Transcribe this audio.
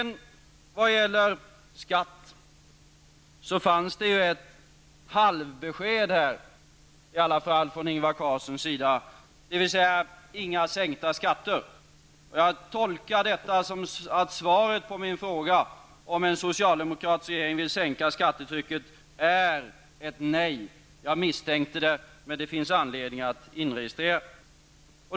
När det gäller skatten fanns det i alla fall ett halvbesked från Ingvar Carlssons sida, dvs. inga sänkta skatter. Jag tolkar detta som att svaret på min fråga, om en socialdemokratisk regering vill sänka skattetrycket, är nej. Jag misstänkte det, men det finns anledning att inregistrera det.